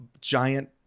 giant